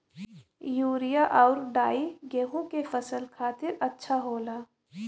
urea आउर डाई गेहूं के फसल खातिर अच्छा होला